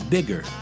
Bigger